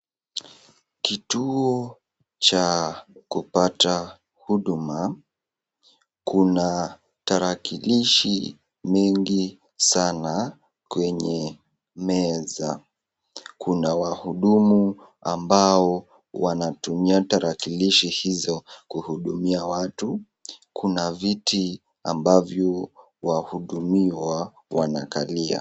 Kituo cha kupata huduma, kuna tarakilishi mingi sana kwenye meza. Kuna wahudumu ambao wanatumia tarakilishi hizo kuhudumia watu. Kuna viti ambavyo wahudumiwa wanakalia.